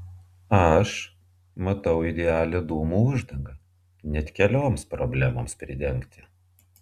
aš matau idealią dūmų uždangą net kelioms problemoms pridengti